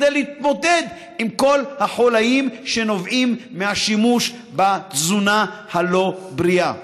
כדי להתמודד עם כל החוליים שנובעים מהשימוש בתזונה הלא-בריאה,